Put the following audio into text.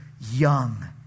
young